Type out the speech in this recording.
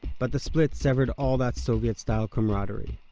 but the split severed all that soviet-style camaraderie.